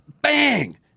bang